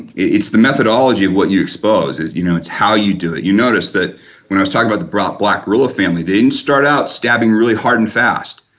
it's the methodology of what you expose, you know it's how you do it. you noticed that when i was talking about the brock black rural family, they didn't start out stabbing really hard and fast.